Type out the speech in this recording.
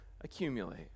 accumulate